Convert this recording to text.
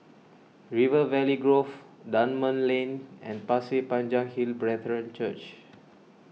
River Valley Grove Dunman Lane and Pasir Panjang Hill Brethren Church